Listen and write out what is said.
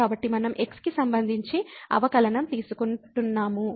కాబట్టి మనం x కి సంబంధించి అవకలనం తీసుకుంటున్నాము